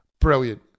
Brilliant